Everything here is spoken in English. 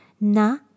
Na